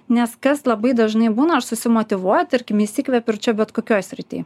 nes kas labai dažnai būna aš susimotyvuoju tarkim įsikvepiu ir čia bet kokioj srity